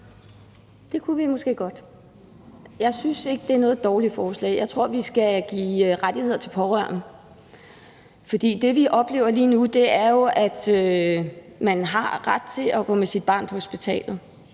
Det kunne vi måske godt. Jeg synes ikke, det er noget dårligt forslag. Jeg tror, vi skal give rettigheder til pårørende, for det, vi oplever lige nu, er jo, at man har ret til at tage med sit barn på hospitalet,